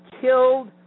killed